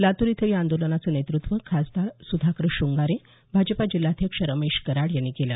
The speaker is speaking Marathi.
लातूर इथं या आंदोलनाचं नेतृत्व खासदार सुधाकर शृंगारे भाजपा जिल्हाध्यक्ष रमेश कराड यांनी केलं